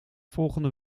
volgende